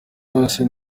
yose